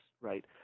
right